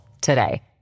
today